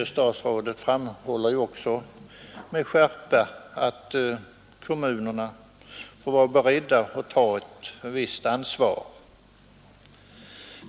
Statsrådet framhåller gande som väl inte i så ju också med skärpa att kommunerna får vara beredda att ta ett visst ansvar.